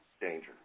danger